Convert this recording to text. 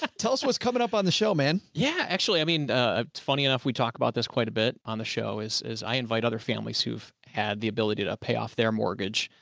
tell us what's coming up on the show, man. andy yeah. actually, i mean, ah, it's funny enough we talk about this quite a bit on the show is, is i invite other families who've. had the ability to pay off their mortgage.